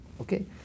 okay